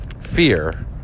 Fear